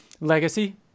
legacy